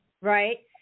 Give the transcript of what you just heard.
right